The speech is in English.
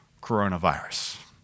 coronavirus